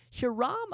Hiram